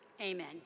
amen